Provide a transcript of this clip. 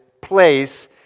place